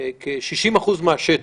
כ-60% מהשטח,